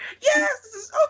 Yes